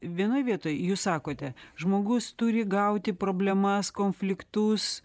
vienoj vietoj jūs sakote žmogus turi gauti problemas konfliktus